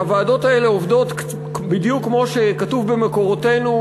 הוועדות האלה עובדות בדיוק כמו שכתוב במקורותינו,